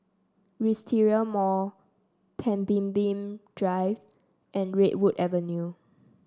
Wisteria Mall Pemimpin Drive and Redwood Avenue